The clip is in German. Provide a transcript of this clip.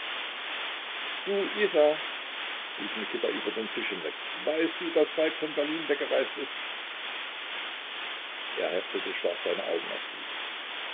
du isa rief mikita über den tisch hinweg weißt du daß falk von berlin weggereist ist er heftete starr seine augen auf sie